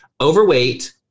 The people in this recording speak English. overweight